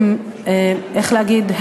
איך להגיד,